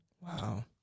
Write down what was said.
Wow